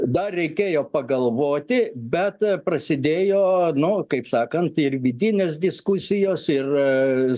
dar reikėjo pagalvoti bet prasidėjo nu kaip sakant ir vidinės diskusijos ir